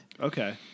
Okay